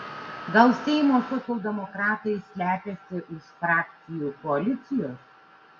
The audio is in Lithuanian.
gal seimo socialdemokratai slepiasi už frakcijų koalicijos